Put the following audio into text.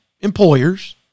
employers